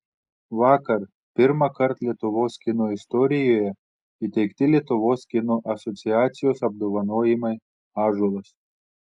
vakar pirmąkart lietuvos kino istorijoje įteikti lietuvos kino asociacijos apdovanojimai ąžuolas